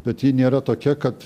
bet ji nėra tokia kad